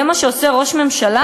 זה מה שעושה ראש ממשלה?